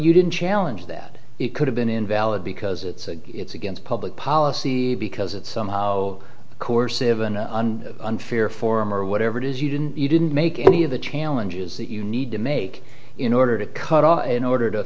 you didn't challenge that it could have been invalid because it's a it's against public policy because it somehow coercive and unfair form or whatever it is you didn't you didn't make any of the challenges that you need to make in order to cut off in order to